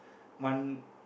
one